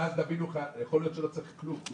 להיות שלא צריך כלום.